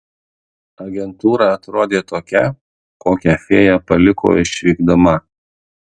agentūra atrodė tokia kokią fėja paliko išvykdama